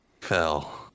fell